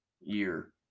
year